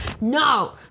No